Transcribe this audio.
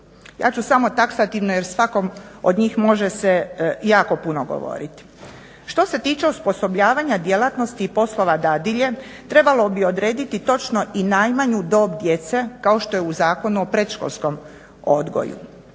Ja ću samo taksativno jer svakom od njih može se jako puno govoriti. Što se tiče osposobljavanja djelatnosti i poslova dadilje trebalo bi odrediti točno i najmanju dob djece, kao što je u Zakonu o predškolskom odgoju.